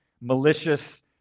malicious